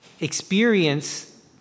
experience